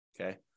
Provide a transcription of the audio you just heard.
Okay